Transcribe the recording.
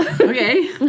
Okay